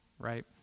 right